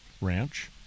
ranch